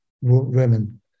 women